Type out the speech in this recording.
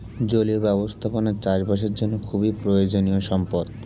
জলীয় ব্যবস্থাপনা চাষবাসের জন্য খুবই প্রয়োজনীয় সম্পদ